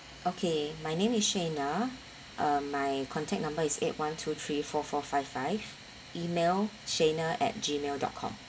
okay my name is shena uh my contact number is eight one two three four four five five email shena at gmail dot com